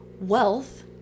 wealth